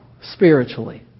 spiritually